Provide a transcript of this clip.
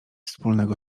wspólnego